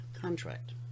contract